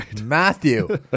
Matthew